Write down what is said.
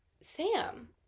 sam